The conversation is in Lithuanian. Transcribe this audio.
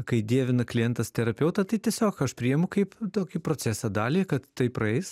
kai dievina klientas terapeutą tai tiesiog aš priemu kaip tokį procesą dalį kad tai praeis